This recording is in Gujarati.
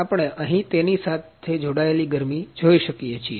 આપણે અહી તેની જોડાયેલી ગરમી જોઈ શકિએ છીએ